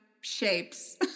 shapes